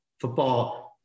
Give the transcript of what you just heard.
football